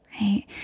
right